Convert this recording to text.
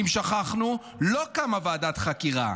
אם שכחנו, לא קמה ועדת חקירה.